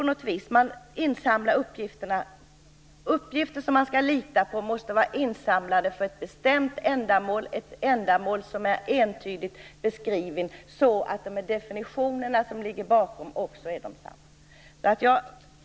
Uppgifter som man skall lita på måste vara insamlade för ett bestämt ändamål, ett ändamål som är entydigt beskrivet, så att de definitioner som ligger bakom också är det.